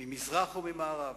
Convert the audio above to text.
ממזרח וממערב.